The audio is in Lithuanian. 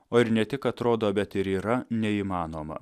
o ir ne tik atrodo bet ir yra neįmanoma